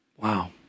Wow